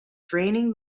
draining